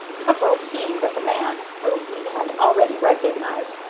peveril, seeing that the man, whom he had already recognized,